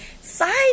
side